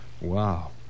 Wow